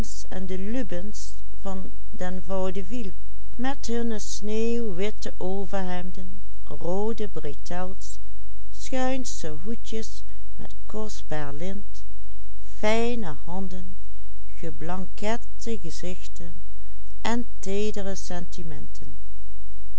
sneeuwwitte overhemden roode bretels schuinsche hoedjes met kostbaar lint fijne handen geblankette gezichten en teedere sentimenten